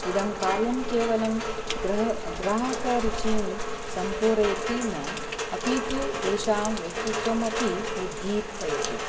इदं कार्यं केवलं ग्रह ग्राहकरुचिं सम्पूरयति न अपि तु तेषां व्यक्तित्वमपि उद्दीपयति